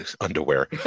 underwear